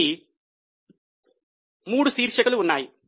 కాబట్టి మూడు శీర్షికలు ఉన్నాయి